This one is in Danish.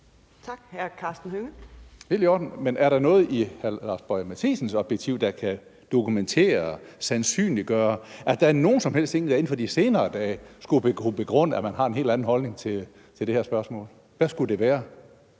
helt i orden, men er der noget i hr. Lars Boje Mathiesens optik, der kan dokumentere, sandsynliggøre, at der er nogen som helst ting inden for de senere dage, der skulle kunne begrunde, at man har en helt anden holdning til det her spørgsmål? Hvad skulle det være,